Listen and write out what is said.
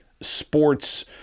sports